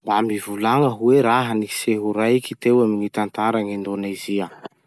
Mba mivolagna hoe raha-niseho raiky teo amy gny tantaran'i Indonezia?